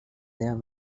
there